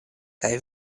kaj